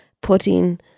putting